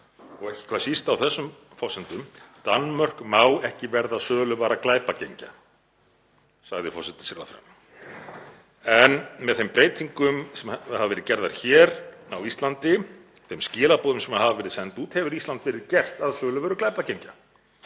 og ekki hvað síst á þessum forsendum. Danmörk má ekki verða söluvara glæpagengja, sagði forsætisráðherrann. En með þeim breytingum sem hafa verið gerðar hér á Íslandi, með þeim skilaboðum sem hafa verið send út, hefur Ísland verið gert að söluvöru glæpagengja.